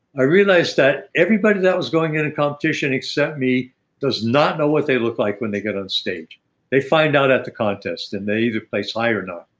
i realized that everybody that was going in a competition except me does not know what they look like when they get on stage they find out at the contest and they either place higher or not,